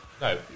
No